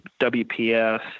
WPS